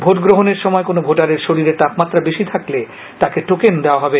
vote গ্রহণের সময় কোনো ভোটারের শরীরে তাপমাত্রা বেশি থাকলে তাকে টোকেন দেওয়া হবে